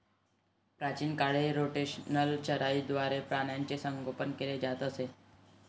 प्राचीन काळी रोटेशनल चराईद्वारे प्राण्यांचे संगोपन केले जात असे